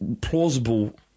plausible